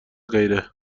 غیره